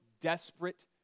desperate